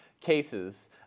cases